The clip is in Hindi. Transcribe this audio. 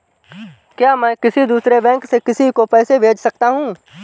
क्या मैं किसी दूसरे बैंक से किसी को पैसे भेज सकता हूँ?